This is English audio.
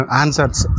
answers